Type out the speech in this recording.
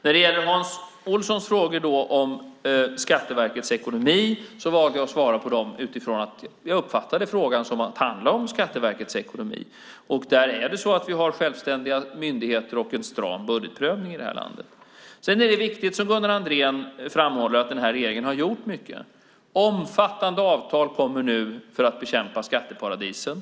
När det gäller Hans Olssons frågor om Skatteverkets ekonomi valde jag att svara på dem utifrån att jag uppfattade att de handlade om Skatteverkets ekonomi. Där är det så att vi har självständiga myndigheter och en stram budgetprövning i det här landet. Sedan är det viktigt, som Gunnar Andrén framhåller, att regeringen har gjort mycket. Omfattande avtal kommer nu för att bekämpa skatteparadisen.